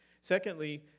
Secondly